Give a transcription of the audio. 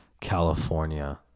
California